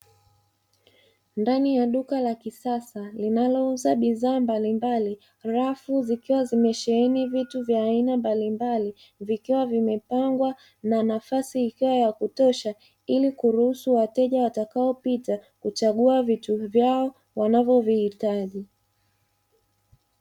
Ndani ya duka la kisasa linalouza bidhaa mbalimbali, rafu zikiwa zimesheheni vitu vya aina mbalimbali, vikiwa vimepangwa na nafasi ikiwa ya kutosha, ili kuruhusu wateja watakaopita kuchagua vitu vyao wanavyovihitaji.